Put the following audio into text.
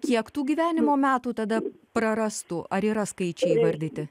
kiek tų gyvenimo metų tada prarastų ar yra skaičiai įvardyti